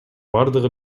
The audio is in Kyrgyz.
бардыгы